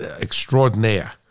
extraordinaire